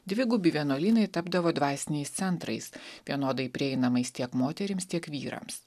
dvigubi vienuolynai tapdavo dvasiniais centrais vienodai prieinamais tiek moterims tiek vyrams